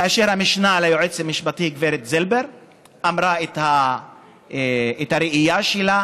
כאשר המשנה ליועץ המשפטי גב' זילבר אמרה את הראייה שלה